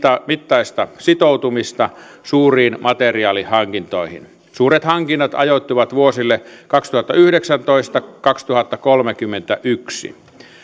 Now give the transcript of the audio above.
mittaista sitoutumista suuriin materiaalihankintoihin suuret hankinnat ajoittuvat vuosille kaksituhattayhdeksäntoista viiva kaksituhattakolmekymmentäyksi